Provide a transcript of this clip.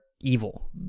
evil